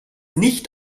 nicht